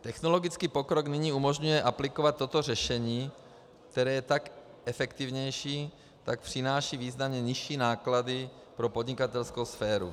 Technologický pokrok nyní umožňuje aplikovat toto řešení, které je jak efektivnější, tak přináší významně nižší náklady pro podnikatelskou sféru.